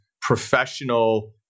professional